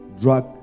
drug